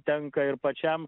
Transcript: tenka ir pačiam